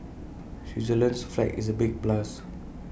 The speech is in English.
Switzerland's flag is A big plus